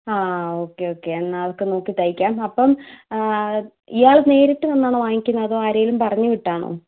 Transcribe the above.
ആ ആ okay okay എന്നാൽ അതൊക്കെ നോക്കി തയ്ക്കാം അപ്പം ഇയാൾ നേരിട്ട് വന്നാണോ വാങ്ങിക്കുന്നത് അതോ ആരെയെങ്കിലും പറഞ്ഞുവിട്ടാണോ